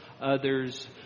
others